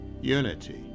Unity